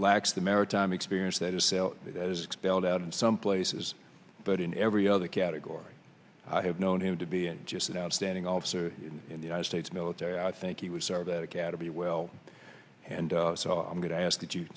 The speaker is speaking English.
lacks the maritime experience that is as expelled out in some places but in every other category i have known him to be just an outstanding officer in the united states military i think he would serve that academy well and so i'm going to ask